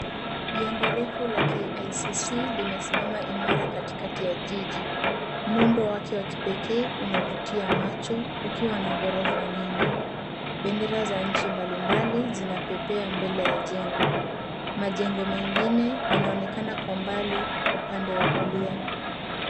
Jengo refu la KICC limesimama imara katikati ya jiji. Muundo wake wa kipekee unavutia macho ukiwa na ghorofa nyingi. Bendera za nchi mbalimbali zinapepea mbele ya jengo. Majengo mengine yanaonekana kwa mbali upande wa kulia.